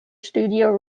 studio